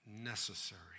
necessary